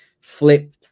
Flip